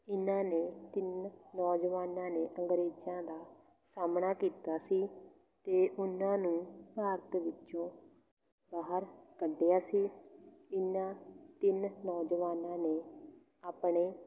ਇਹਨਾਂ ਨੇ ਤਿੰਨ ਨੌਜਵਾਨਾਂ ਨੇ ਅੰਗਰੇਜ਼ਾਂ ਦਾ ਸਾਹਮਣਾ ਕੀਤਾ ਸੀ ਅਤੇ ਉਹਨਾਂ ਨੂੰ ਭਾਰਤ ਵਿੱਚੋਂ ਬਾਹਰ ਕੱਢਿਆ ਸੀ ਇਨ੍ਹਾਂ ਤਿੰਨ ਨੌਜਵਾਨਾਂ ਨੇ ਆਪਣੇ